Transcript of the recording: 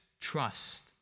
trust